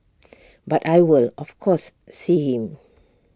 but I will of course see him